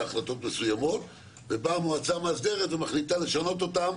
החלטות מסוימות ובא המועצה המאסדרת ומחליטה לשנות אותם,